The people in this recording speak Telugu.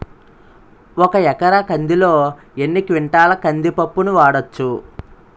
ఒక ఎకర కందిలో ఎన్ని క్వింటాల కంది పప్పును వాడచ్చు?